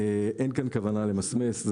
אין כאן כוונה למסמס.